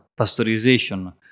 pasteurization